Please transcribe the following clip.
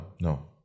no